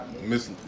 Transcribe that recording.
Miss